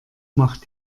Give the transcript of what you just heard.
macht